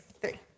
three